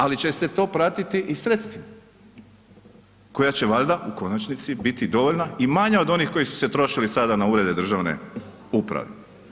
Ali će se to pratiti i sredstvima koja će valjda u konačnici biti dovoljna i manja od onih koji su se trošili sada na urede državne uprave.